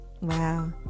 Wow